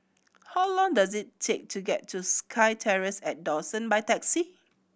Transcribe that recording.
how long does it take to get to SkyTerrace at Dawson by taxi